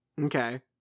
Okay